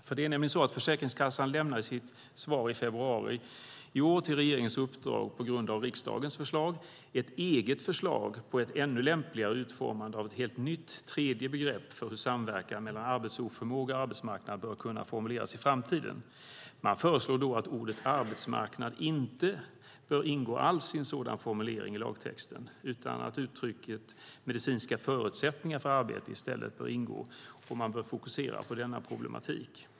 Försäkringskassan lämnade nämligen i sitt svar i februari i år till regeringens uppdrag på grund av riksdagens förslag ett eget förslag på ett ännu lämpligare utformande av ett helt nytt tredje begrepp för hur samverkan mellan arbetsoförmåga och arbetsmarknad bör kunna formuleras i framtiden. Man föreslår då att ordet "arbetsmarknad" inte alls bör ingå i en sådan formulering i lagtexten utan att uttrycket "medicinska förutsättningar för arbete" i stället bör ingå, och man bör fokusera på denna problematik.